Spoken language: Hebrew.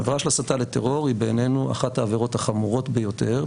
עבירה של הסתה לטרור היא בעינינו אחת העבירות החמורות ביותר,